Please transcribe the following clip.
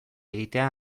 egitea